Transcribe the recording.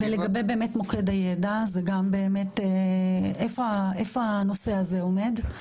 ולגבי מוקד הידע, איפה הנושא הזה עומד?